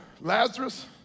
Lazarus